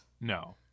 No